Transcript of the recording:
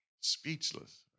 speechless